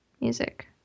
music